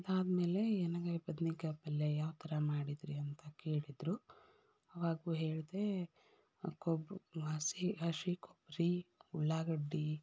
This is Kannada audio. ಅದಾದ ಮೇಲೆ ಎಣ್ಗಾಯ್ ಬದ್ನೆಕಾಯ್ ಪಲ್ಯ ಯಾವ ಥರ ಮಾಡಿದ್ದೀರಿ ಅಂತ ಕೇಳಿದರು ಅವಾಗ್ಲೂ ಹೇಳಿದೆ ಕೊಬ್ಬು ಹಸಿ ಹಸಿ ಕೊಬ್ಬರಿ ಉಳ್ಳಾಗಡ್ಡೆ